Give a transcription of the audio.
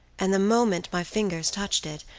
and the moment my fingers touched it,